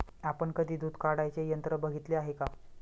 आपण कधी दूध काढण्याचे यंत्र बघितले आहे का?